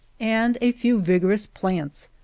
and a few vigorous plants,